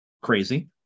crazy